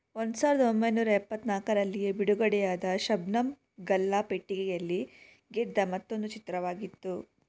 ಒಂದು ಸಾವಿರದ ಒಂಬೈನೂರ ಎಪ್ಪತ್ತ್ನಾಲ್ಕರಲ್ಲಿ ಬಿಡುಗಡೆಯಾದ ಶಬ್ನಮ್ ಗಲ್ಲಾಪೆಟ್ಟಿಗೆಯಲ್ಲಿ ಗೆದ್ದ ಮತ್ತೊಂದು ಚಿತ್ರವಾಗಿತ್ತು